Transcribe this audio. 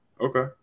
Okay